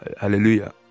hallelujah